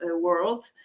world